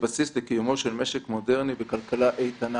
כבסיס לקיומו של משק מודרני וכלכלה איתנה.